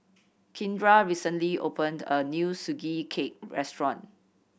Kindra recently opened a new Sugee Cake restaurant